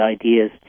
ideas